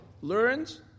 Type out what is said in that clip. Learns